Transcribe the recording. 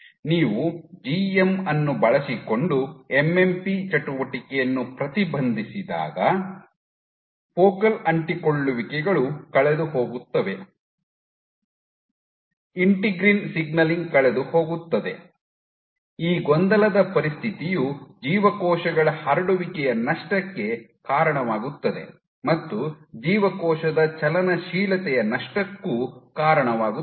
ನೀವು ಜಿಎಂ ಅನ್ನು ಬಳಸಿಕೊಂಡು ಎಂಎಂಪಿ ಚಟುವಟಿಕೆಯನ್ನು ಪ್ರತಿಬಂಧಿಸಿದಾಗ ಫೋಕಲ್ ಅಂಟಿಕೊಳ್ಳುವಿಕೆಗಳು ಕಳೆದುಹೋಗುತ್ತವೆ ಇಂಟಿಗ್ರಿನ್ ಸಿಗ್ನಲಿಂಗ್ ಕಳೆದುಹೋಗುತ್ತದೆ ಈ ಗೊಂದಲದ ಪರಿಸ್ಥಿತಿಯು ಜೀವಕೋಶಗಳ ಹರಡುವಿಕೆಯ ನಷ್ಟಕ್ಕೆ ಕಾರಣವಾಗುತ್ತದೆ ಮತ್ತು ಜೀವಕೋಶದ ಚಲನಶೀಲತೆಯ ನಷ್ಟಕ್ಕೂ ಕಾರಣವಾಗುತ್ತದೆ